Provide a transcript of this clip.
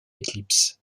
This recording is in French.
éclipse